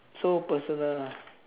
so personal lah